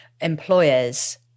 employers